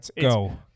Go